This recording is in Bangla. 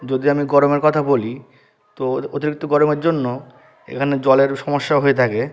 যদি আমি গরমের কথা বলি তো অতিরিক্ত গরমের জন্য এখানে জলের সমস্যা হয়ে থাকে